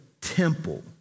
temple